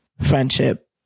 friendship